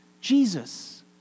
Jesus